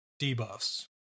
debuffs